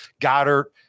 Goddard